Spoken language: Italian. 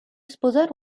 sposare